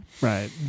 Right